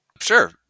Sure